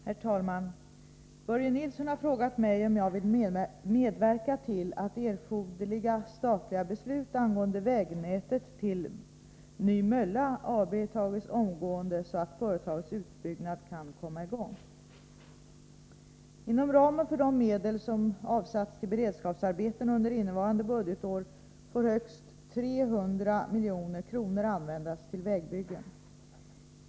Herr talman! Börje Nilsson har frågat mig om jag vill medverka till att erforderliga statliga beslut angående vägnätet till Nymölla AB fattas omgående, så att företagets utbyggnad kan komma i gång. Inom ramen för de medel som avsatts till beredskapsarbeten under innevarande budgetår får högst 300 milj.kr. användas till vägbyggen.